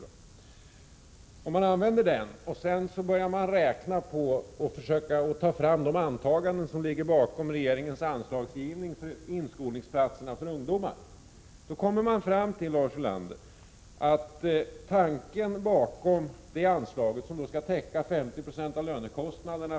Man kan använda den för att räkna fram vilka antaganden som ligger bakom regeringens anslagsgivning till inskolningsplatser för ungdomar. Anslagen skall täcka 50 96 av lönekostnaderna för dessa inskolningsplatser under sex månader.